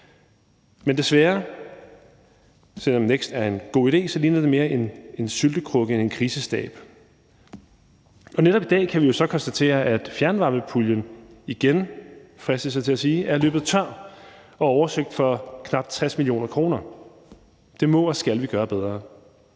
land. Men selv om NEKST er en god idé, ligner det desværre mere en syltekrukke end en krisestab, og netop i dag kan vi jo så konstatere, at fjernvarmepuljen igen – fristes jeg til at sige – er løbet tør og er oversøgt for knap 60 mio. kr. Det må og skal vi gøre bedre.